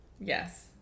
Yes